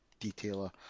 Detailer